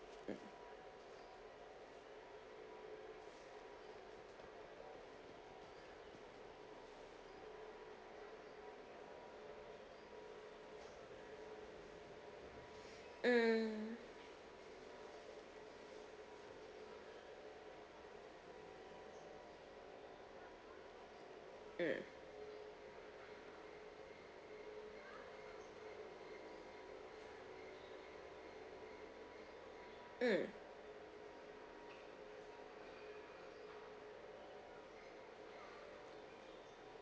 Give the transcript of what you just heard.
mm mm mm